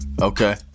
Okay